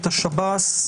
את השב"ס,